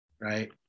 right